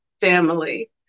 family